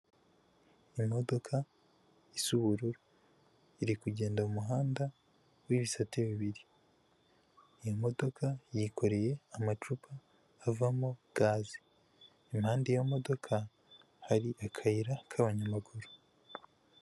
Imodoka isa ubururu, iri kugenda mu muhanda w'ibisate bibiri, iyi imodoka yikoreye amacupa avamo gaze, impande y'iyo modoka hari akayira k'abanyamaguru.